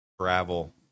travel